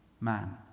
man